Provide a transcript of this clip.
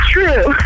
True